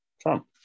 Trump